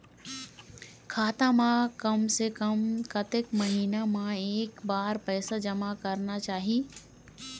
खाता मा कम से कम कतक महीना मा एक बार पैसा जमा करना चाही?